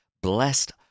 Blessed